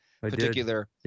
particular